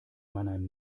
mannheim